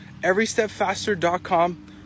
everystepfaster.com